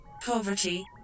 poverty